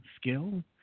skill